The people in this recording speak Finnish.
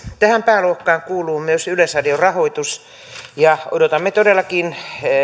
tähän pääluokkaan kuuluu myös yleisradion rahoitus ja odotamme todellakin